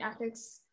ethics